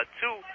two